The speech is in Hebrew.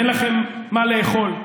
אין לכם מה לאכול,